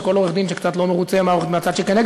שכל עורך-דין שקצת לא מרוצה מהצד שכנגד